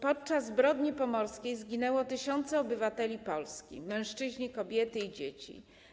Podczas zbrodni pomorskiej zginęły tysiące obywateli Polski, mężczyźni, kobiety i dzieci.